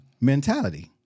mentality